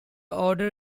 order